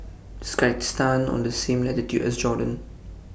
IS Kyrgyzstan on The same latitude as Jordan